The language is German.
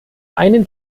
einen